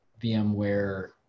VMware